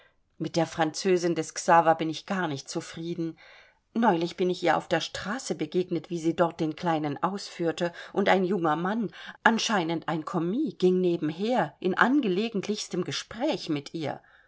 mit der französin des xaver bin ich gar nicht zufrieden neulich bin ich ihr auf der straße begegnet wie sie den kleinen ausführte und ein junger mann anscheinend ein kommis ging nebenher in angelegentlichstem gespräch mit ihr